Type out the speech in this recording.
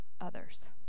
others